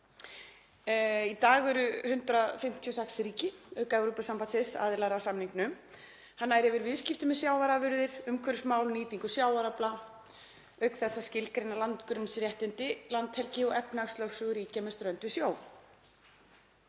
Í dag eru 156 ríki auk Evrópusambandsins aðilar að samningnum. Hann nær yfir viðskipti með sjávarafurðir, umhverfismál, nýtingu sjávarafla, auk þess að skilgreina landgrunnsréttindi, landhelgi og efnahagslögsögu ríkja með strönd við sjó.